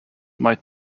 might